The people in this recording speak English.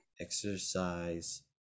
exercise